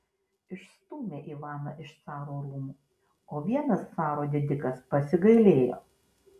išstūmė ivaną iš caro rūmų o vienas caro didikas pasigailėjo